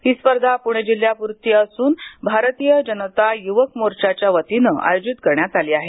ही स्पर्धा पुणे जिल्ह्यापुरती असून भारतीय जनता युवक मोर्चाच्या वतीने आयोजित करण्यात आली आहे